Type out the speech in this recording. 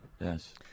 Yes